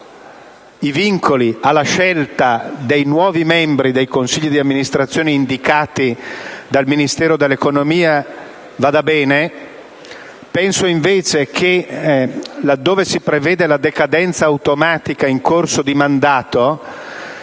i vincoli alla scelta dei nuovi membri dei consigli di amministrazione indicati dal Ministero dell'economia vada bene. Penso invece che, là dove si prevede la decadenza automatica in corso di mandato,